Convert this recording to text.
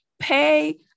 Pay